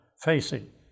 facing